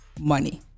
money